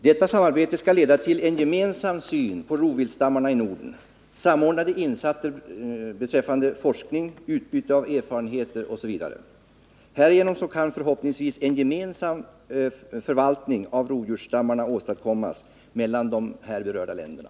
Detta samarbete skall leda till en gemensam syn på rovdjursstammarna i Norden, samordnade insatser beträffande forskning, utbyte av erfarenheter, osv. Härigenom kan förhoppningsvis en gemensam förvaltning av rovdjursstammarna åstadkommas för de här berörda länderna.